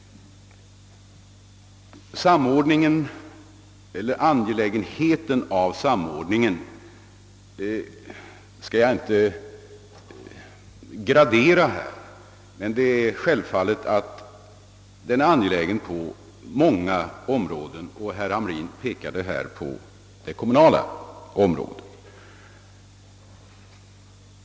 Betydelsen av samordningen skall jag inte gradera här, men det är självfallet att den är angelägen på många områden. Herr Hamrin pekade på det kommunala området.